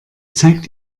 zeigt